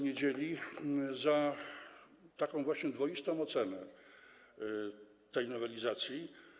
Niedzieli za taką właśnie dwoistą ocenę tej nowelizacji.